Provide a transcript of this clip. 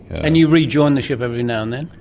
and you rejoin the ship every now and then?